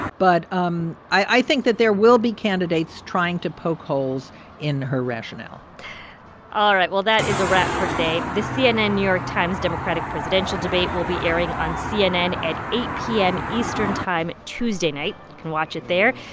but um i think that there will be candidates trying to poke holes in her rationale all right. well, that is a wrap for today. the cnn-new york times democratic presidential debate will be airing on cnn at eight zero p m. eastern time tuesday night. you can watch it there.